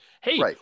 hey